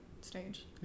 stage